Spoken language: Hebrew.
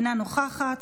אינה נוכחת,